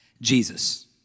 Jesus